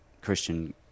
Christian